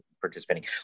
participating